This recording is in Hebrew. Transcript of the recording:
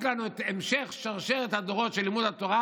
לנו את המשך שרשרת הדורות של לימוד התורה.